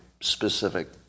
specific